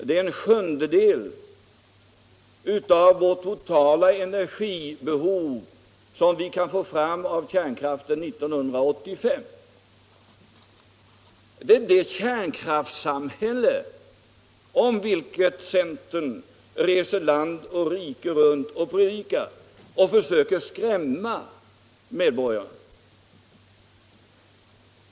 Det är en sjundedel av vårt totala energibehov som vi kan få fram av kärnkraften 1985. Det är det ”kärnkraftssamhälle”, som centern reser land och rike runt och predikar om och försöker skrämma medborgarna med.